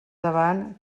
davant